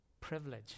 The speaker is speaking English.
privilege